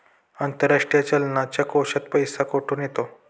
आंतरराष्ट्रीय चलनाच्या कोशात पैसा कुठून येतो?